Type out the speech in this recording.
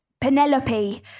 Penelope